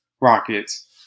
Rockets